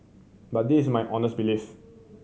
but this is my honest belief